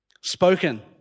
spoken